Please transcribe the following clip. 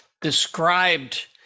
described